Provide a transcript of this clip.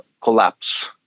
collapse